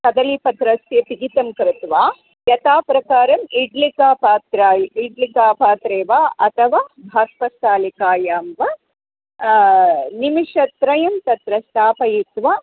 कदलीपत्रस्य पिहितं कृत्वा यथाप्रकारम् इड्लिका पात्रम् इड्लिकापात्रे वा अथवा बाष्पस्थालिकायां वा निमेषत्रयं तत्र स्थापयित्वा